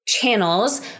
channels